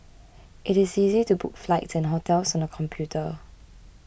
it is easy to book flights and hotels on the computer